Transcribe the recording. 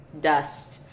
dust